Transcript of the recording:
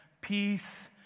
peace